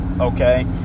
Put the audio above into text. Okay